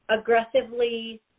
aggressively